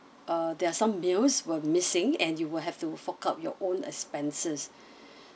uh there are some meals were missing and you were have to fork out your own expenses